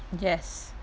yes